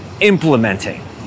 implementing